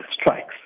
strikes